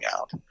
out